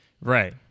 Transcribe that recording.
Right